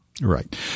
Right